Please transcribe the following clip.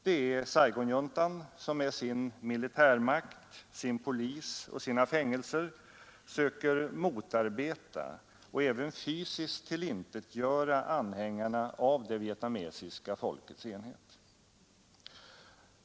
Det är Saigonjuntan som med sin militärmakt, sin polis och sina fängelser söker motarbeta och även fysiskt tillintetgöra anhängarna av det vietnamesiska folkets enhet.